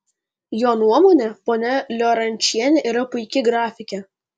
jo nuomone ponia liorančienė yra puiki grafikė